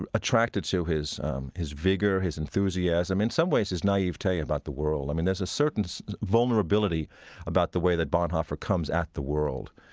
ah attracted to his um his vigor, his enthusiasm, in some ways, his naivete about the world. i mean, there's a certain vulnerability about the way that bonhoeffer comes at the world,